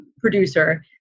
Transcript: producer